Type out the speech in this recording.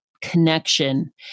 connection